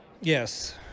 Yes